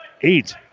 eight